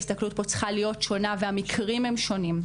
ההסתכלות פה צריכה להיות שונה והמקרים הם שונים,